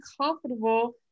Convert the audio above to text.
comfortable